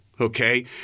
okay